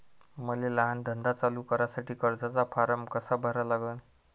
मले लहान धंदा चालू करासाठी कर्जाचा फारम कसा भरा लागन?